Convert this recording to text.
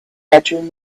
bedroom